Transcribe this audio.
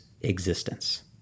existence